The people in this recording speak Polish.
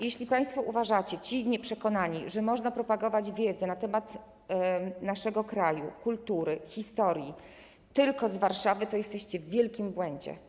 Jeśli państwo uważacie, ci nieprzekonani, że można propagować wiedzę na temat naszego kraju, kultury, historii tylko z Warszawy, to jesteście w wielkim błędzie.